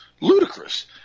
Ludicrous